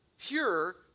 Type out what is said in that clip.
pure